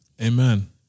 Amen